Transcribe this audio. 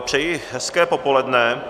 Přeji hezké popoledne.